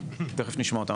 תכף נשמע אותם.